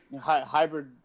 hybrid